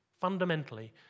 Fundamentally